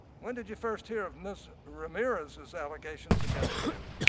when did you first hear of mrs. ramirez is allegations against you?